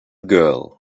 girl